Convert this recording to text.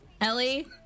Ellie